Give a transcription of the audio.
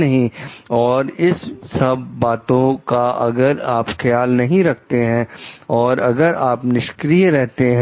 नहीं है और इन सब चीजों का अगर आप ख्याल नहीं रखते हैं और अगर आप निष्क्रिय रहते हैं